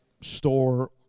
store